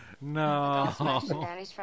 No